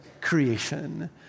creation